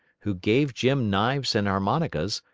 who gave jim knives and harmonicas,